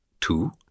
Two